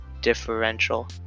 differential